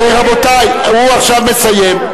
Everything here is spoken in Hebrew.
רבותי, הוא עכשיו מסיים.